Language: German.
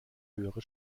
höhere